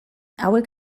hauek